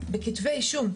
בכתבי אישום.